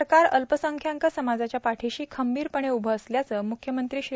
सरकार अल्पसंख्यांक समाजाच्या पाठिशी खंबीरपणे उभे असल्याचं मुख्यमंत्री श्री